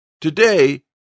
Today